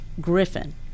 Griffin